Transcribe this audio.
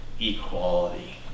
equality